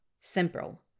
simple